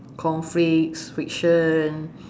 conflicts friction